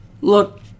look